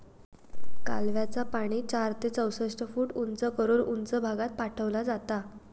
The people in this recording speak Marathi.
कालव्याचा पाणी चार ते चौसष्ट फूट उंच करून उंच भागात पाठवला जाता